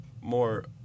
more